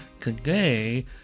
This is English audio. Today